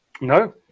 No